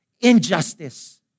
injustice